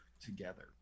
together